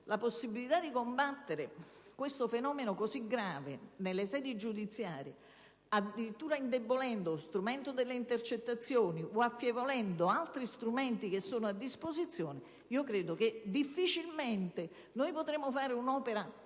la possibilità di combattere questo illecito così grave nelle sedi giudiziarie, addirittura indebolendo lo strumento delle intercettazioni o affievolendo altri strumenti che sono a disposizione, credo che difficilmente potremo fare un'opera